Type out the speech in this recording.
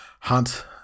Hunt